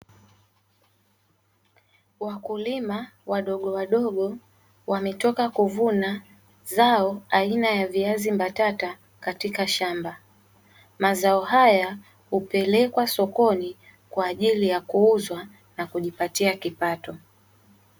Wakulima wadogowadogo wametoka kuvuna zao aina ya viazi mbatata katika shamba. Mazao haya hupelekwa sokoni kwa ajili ya kuuzwa na kujipatia kipato.